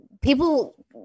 people